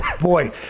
Boy